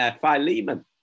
Philemon